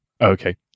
Okay